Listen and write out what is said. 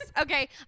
Okay